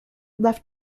left